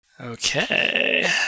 Okay